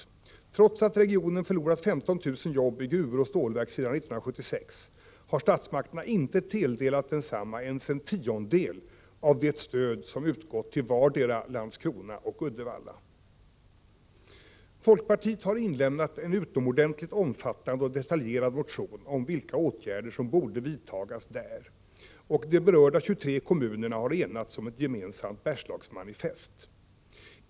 Trots att regionen förlorat 15 000 jobb i gruvor och stålverk sedan 1976, har statsmakterna inte tilldelat densamma ens en tiondel av det stöd som utgått till vardera Landskrona och Uddevalla. Folkpartiet har inlämnat en utomordentligt omfattande och detaljerad motion om vilka åtgärder som borde vidtagas där, och de berörda 23 kommunerna har enats om ett gemensamt Bergslagsmanifest.